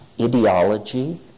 ideology